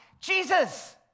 Jesus